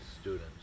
students